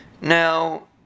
Now